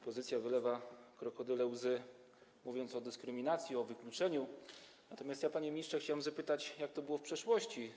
Opozycja wylewa krokodyle łzy, mówiąc o dyskryminacji, o wykluczeniu, natomiast ja, panie ministrze, chciałem zapytać, jak to było w przeszłości.